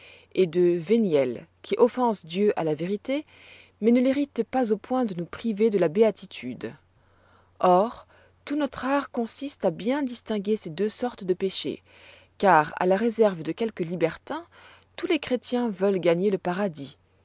paradis de véniels qui offensent dieu à la vérité mais ne l'irritent pas au point de nous priver de la béatitude or tout notre art consiste à bien distinguer ces deux sortes de péchés car à la réserve de quelques libertins tous les chrétiens veulent gagner le paradis